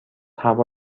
هوا